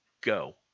Go